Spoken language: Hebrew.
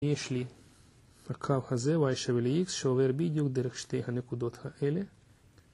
יש לי הקו הזה, y שווה ל-x, שעובר בדיוק דרך שתי הנקודות האלה